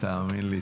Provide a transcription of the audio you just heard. תאמין לי,